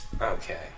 Okay